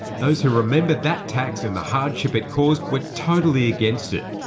those who remember that tax and the hardship it caused were totally against it.